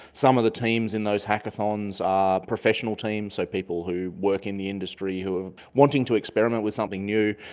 some of the teams in those hackathons are professional teams, so people who work in the industry who are wanting to experiment with something new.